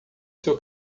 seu